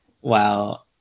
wow